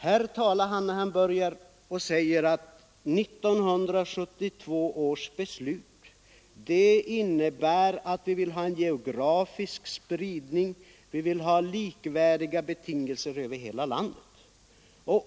Han sade i början av sitt anförande att 1972 års riksdagsbeslut innebär att vi får en geografisk spridning, att vi får likvärdiga betingelser över hela landet.